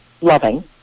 loving